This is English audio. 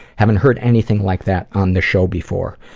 haven't heard anything like that on this show before.